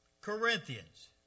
Corinthians